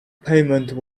payment